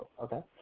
Okay